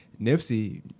Nipsey